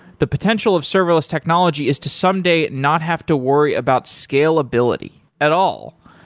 the potential of serverless technology is to someday not have to worry about scalability at all.